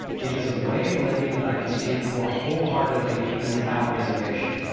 it is a way of living that i can stand for whole-heartedly and without reservation.